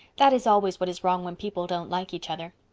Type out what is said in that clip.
that is always what is wrong when people don't like each other.